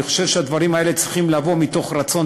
אני חושב שהדברים האלה צריכים לבוא מתוך רצון